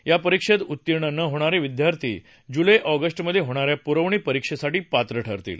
या परीक्षेत उत्तीर्ण न होणारे विद्यार्थी जुलै ऑगस्टमध्ये होणाऱ्या पुरवणी परिक्षेसाठी पात्र ठरतील